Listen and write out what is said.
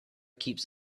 keeps